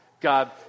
God